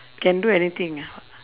can do anything ah